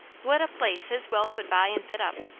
what a place his wealth would buy and fit up.